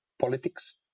politics